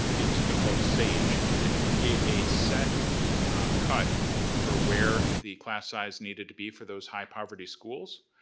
it used to be called sage, and it gave a set cut for where the class size needed to be for those high poverty schools.